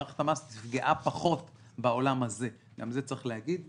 מערכת המס נפגעה פחות בעולם הזה וגם את זה צריך להגיד,